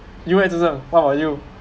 you eh joseph what about you